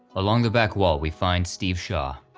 along the back wall we find steve shaw.